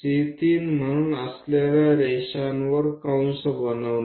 C 3 म्हणून असलेल्या रेषांवर कंस बनवणे